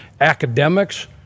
academics